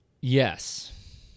Yes